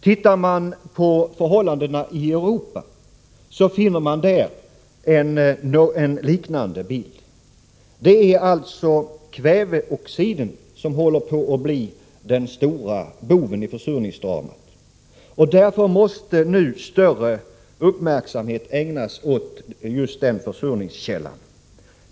Ser man på förhållandena i Europa, finner man där en liknande bild. Det är alltså kväveoxiderna som håller på att bli den stora boven i försurningsdramat. Därför måste nu större uppmärksamhet ägnas åt just den försurningskällan.